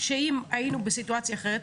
שאם היינו בסיטואציה אחרת,